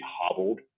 hobbled